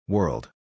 World